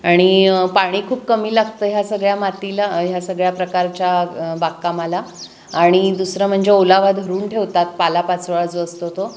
आणि पाणी खूप कमी लागतं ह्या सगळ्या मातीला ह्या सगळ्या प्रकारच्या बागकामाला आणि दुसरं म्हणजे ओलावा धरून ठेवतात पालापाचोळा जो असतो तो